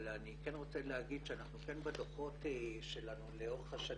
אבל אני כן רוצה להגיד שאנחנו כן בדוחות שלנו לאורך השנים,